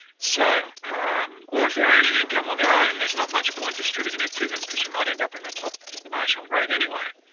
so um or if they're earning income on their own, and there's not much point distributing it to them because you might end up on and the top marginal rate anyway.